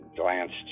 glanced